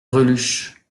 greluche